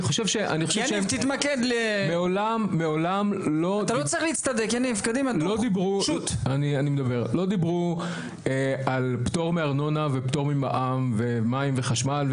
מעולם לא דיברו על פטור מארנונה ופטור ממע"מ ומים וחשמל,